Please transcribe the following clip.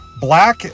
Black